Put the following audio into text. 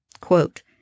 quote